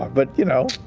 but you know.